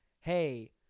hey